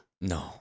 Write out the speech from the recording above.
No